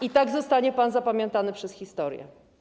I tak zostanie pan zapamiętany przez historię.